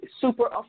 super